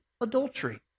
adultery